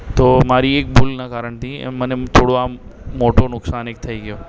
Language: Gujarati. તો મારી એક ભૂલનાં કારણથી મને થોડું આમ મોટું નુકસાન એક થઇ ગયું